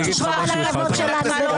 תשמור על הכבוד שלנו.